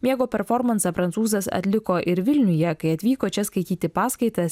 miego performansą prancūzas atliko ir vilniuje kai atvyko čia skaityti paskaitas